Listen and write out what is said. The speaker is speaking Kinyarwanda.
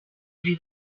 ibi